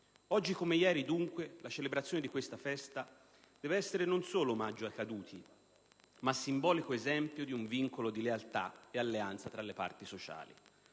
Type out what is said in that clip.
Oggi come ieri, dunque, la celebrazione di questa festa deve essere non solo omaggio ai caduti, ma simbolico esempio di un vincolo di lealtà e alleanza tra le parti sociali.